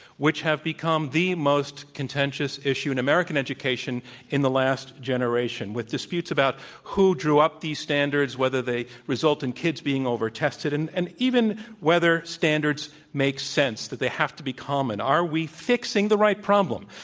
which have become the most contentious issue in american education in the last generation, with disputes about who drew up these standards, whether they result in kids being over tested and and even whether standards make sense. do they have to be common? are we fixing the right problem?